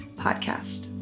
podcast